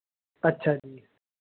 ਅੱਛਾ ਜੀ